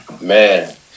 man